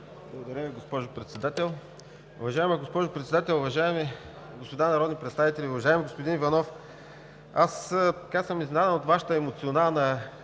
Благодаря Ви, госпожо Председател. Уважаема госпожо Председател, уважаеми господа народни представители! Уважаеми господин Иванов, аз съм изненадан от Вашата емоционална